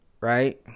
right